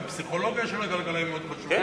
גם פסיכולוגיה של הכלכלה היא מאוד חשובה.